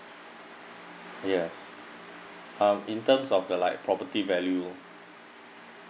ya um in terms of the like property value